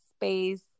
space